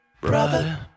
brother